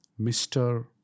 Mr